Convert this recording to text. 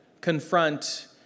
confront